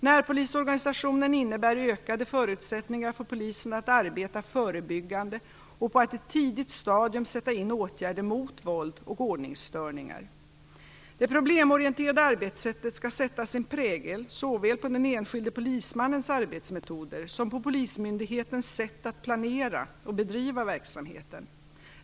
Närpolisorganisationen innebär ökade förutsättningar för polisen att arbeta förebyggande och att på ett tidigt stadium sätta in åtgärder mot våld och ordningsstörningar. Det problemorienterade arbetssättet skall sätta sin prägel såväl på den enskilde polismannens arbetsmetoder som på polismyndighetens sätt att planera och bedriva verksamheten.